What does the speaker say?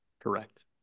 Correct